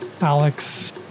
Alex